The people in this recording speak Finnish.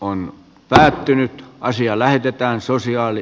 anna päättynytty asia lähetetään sosiaali